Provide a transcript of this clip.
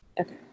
Okay